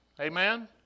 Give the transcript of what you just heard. amen